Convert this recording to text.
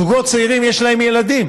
לזוגות צעירים יש ילדים.